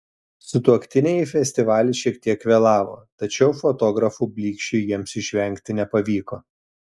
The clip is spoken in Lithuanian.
sutuoktiniai į festivalį šiek tiek vėlavo tačiau fotografų blyksčių jiems išvengti nepavyko